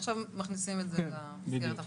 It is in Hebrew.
עכשיו מכניסים את זה למסגרת החוקית.